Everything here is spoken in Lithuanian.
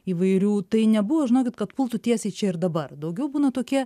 įvairių tai nebuvo žinokit kad pultų tiesiai čia ir dabar daugiau būna tokie